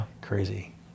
crazy